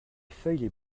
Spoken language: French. feuilles